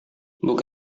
buku